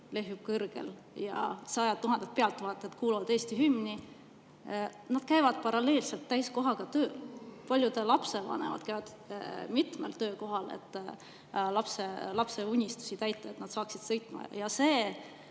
lehvib kõrgel ja sajad tuhanded pealtvaatajad kuulevad Eesti hümni, käivad paralleelselt täiskohaga tööl. Paljud lapsevanemad käivad mitmel töökohal, et lapse unistusi täita, et ta saaks sõita. Ja see